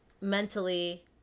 mentally